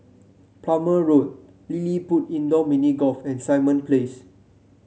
Plumer Road LilliPutt Indoor Mini Golf and Simon Place